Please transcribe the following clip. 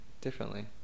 differently